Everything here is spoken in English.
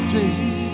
Jesus